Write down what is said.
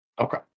Okay